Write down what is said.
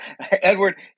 Edward